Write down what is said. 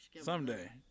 Someday